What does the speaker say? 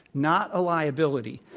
not a liability.